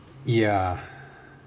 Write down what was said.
ya